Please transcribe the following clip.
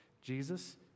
Jesus